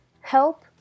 help